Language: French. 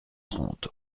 trente